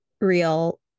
real